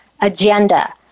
agenda